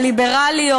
הליברליות,